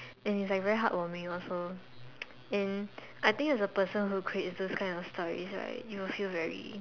and it's like very hard for me also and I think as a person who creates those kinds of stories right you will feel very